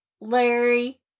Larry